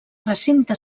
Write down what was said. recinte